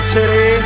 City